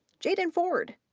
jayden ford,